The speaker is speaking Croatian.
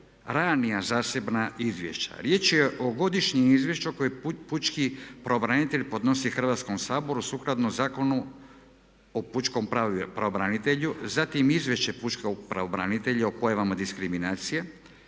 ranija zasebna izvješća. Riječ o godišnjem izvješću koji je pučki pravobranitelj podnosi Hrvatskom saboru sukladno Zakonu o pučkom pravobranitelju, zatim izvješće pučkog pravobranitelja o pojavama diskriminacije